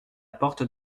porte